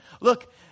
Look